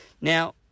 Now